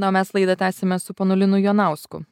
na o mes laidą tęsime su ponu linu jonausku